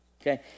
Okay